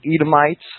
Edomites